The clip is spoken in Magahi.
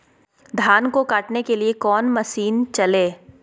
धन को कायने के लिए कौन मसीन मशीन चले?